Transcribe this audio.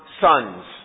sons